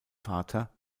vater